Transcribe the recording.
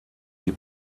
die